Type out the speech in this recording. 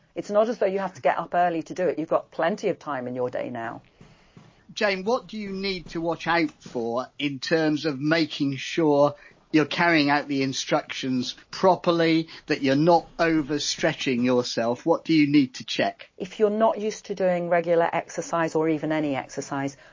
it's not as though you have to get up early to do it, you've got plenty of time in your day now jane, what do you need to watch out for in terms of making sure you're carrying out the instructions properly, that you're not overstretching yourself, what do you need to check? if you're not used to doing regular exercise or even any exercise,